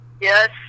Yes